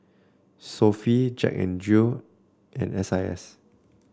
Sofy Jack N Jill and S I S